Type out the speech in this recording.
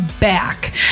back